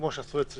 כמו שעשו אצלך,